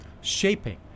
shaping